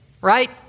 right